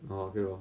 orh okay lor